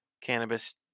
cannabis